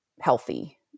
healthy